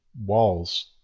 walls